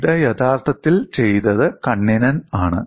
ഇത് യഥാർത്ഥത്തിൽ ചെയ്തത് കണ്ണിനെൻ ആണ്